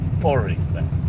pouring